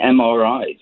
MRIs